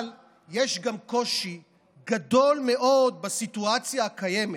אבל יש קושי גדול מאוד גם בסיטואציה הקיימת,